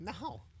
No